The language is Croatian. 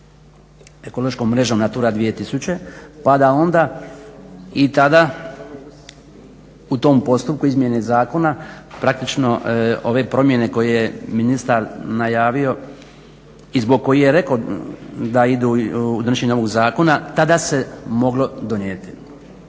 ekološkom mrežom NATURA 2000. pa da onda i tada u tom postupku izmjene zakona praktično ove promjene koje je ministar najavio i zbog kojih je rekao da idu u donošenje ovog zakona tada se moglo donijeti.